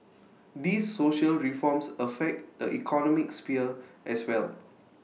these social reforms affect the economic sphere as well